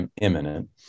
imminent